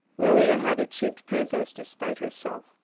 lilia had achieved pathos despite herself,